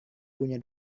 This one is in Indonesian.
punya